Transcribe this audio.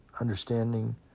understanding